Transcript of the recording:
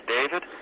David